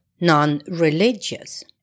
non-religious